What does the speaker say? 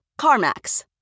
CarMax